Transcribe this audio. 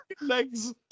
legs